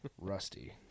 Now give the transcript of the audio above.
Rusty